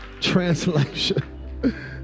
translation